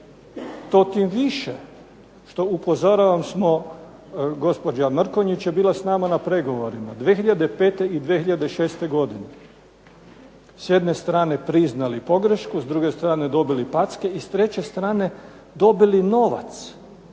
To tim više što upozoravasmo, gospođa Mrkonjić je bila s nama na pregovorima 2005. i 2006. godine, s jedne strane priznali pogrešku, s druge strane dobili packe i s treće strane dobili novac